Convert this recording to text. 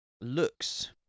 looks